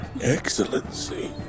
excellency